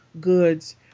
Goods